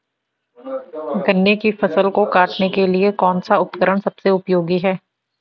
गन्ने की फसल को काटने के लिए कौन सा उपकरण सबसे उपयोगी है?